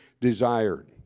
desired